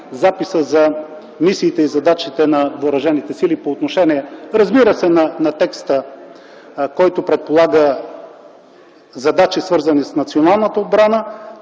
записа за мисиите и задачите на въоръжените сили, по отношение, разбира се, на текста, който предполага задачи, свързани с националната отбрана